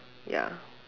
ya